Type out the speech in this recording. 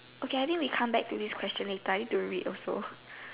okay I think we come back to this question later I need to read also